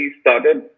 started